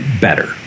better